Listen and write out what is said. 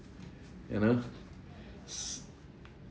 you know it's